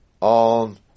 On